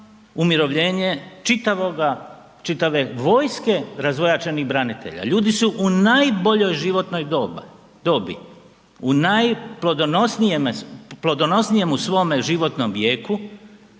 umirovljenje čitave vojske razvojačenih branitelja. Ljudi su u najboljoj životnoj dobi, u najplodonosnijemu svome životnom vijeku